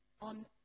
on